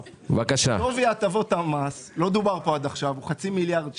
שווי הטבות המס עומד על חצי מיליארד שקלים,